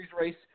race